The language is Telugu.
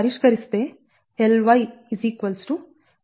602 mHkm